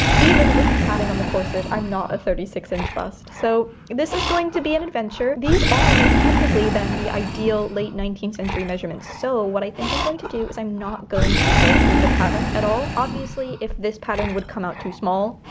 even with the padding on the corset, i'm not a thirty six inch bust. so this is going to be an adventure. these are technically then the ideal late nineteenth century measurements. so what i think i'm going to do is i'm not going to alter the pattern at all. obviously if this pattern would come out too small,